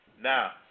Now